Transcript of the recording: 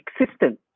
existence